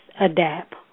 adapt